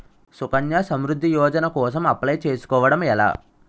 సుకన్య సమృద్ధి యోజన కోసం అప్లయ్ చేసుకోవడం ఎలా?